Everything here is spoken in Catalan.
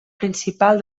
principal